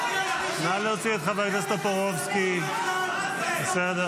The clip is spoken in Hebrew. נא להוציא את חבר הכנסת טופורובסקי, צא החוצה.